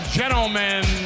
gentlemen